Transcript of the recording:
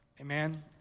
amen